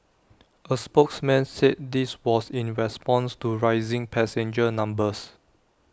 A spokesman said this was in response to rising passenger numbers